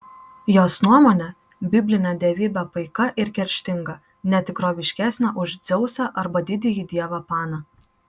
jos nuomone biblinė dievybė paika ir kerštinga ne tikroviškesnė už dzeusą arba didįjį dievą paną